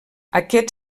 aquest